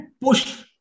push